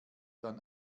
dann